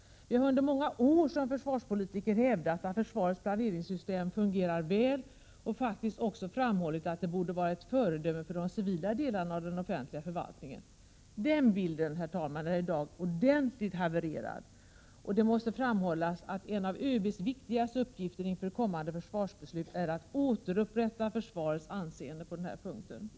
Vi har under många år som försvarspolitiker hävdat att försvarets planeringssystem fungerar väl och faktiskt också framhållit att det borde vara ett föredöme för de civila delarna av den offentliga förvaltningen. Den bilden är i dag ordentligt havererad, och det måste framhållas att en av ÖB:s viktigaste uppgifter inför kommande försvarsbeslut är att återupprätta försvarets anseende på denna punkt, herr talman.